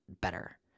better